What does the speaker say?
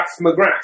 McGrath